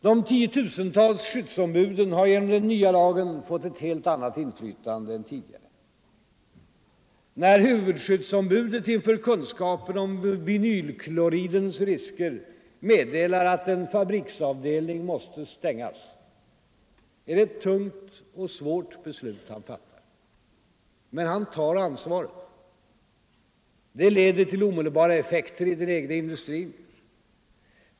De tiotusentals skyddsombuden har genom den nya lagen fått ett helt annat inflytande än tidigare. När huvudskydds ombudet inför kunskapen om vinylkloridens risker meddelar att en fabriksavdelning måste stängas, är det ett tungt och svårt beslut han fattar. Men han tar ansvaret. Det leder till omedelbara effekter i den egna industrin.